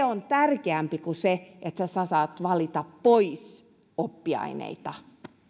on tärkeämpi kuin se että sinä saat valita pois oppiaineita